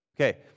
Okay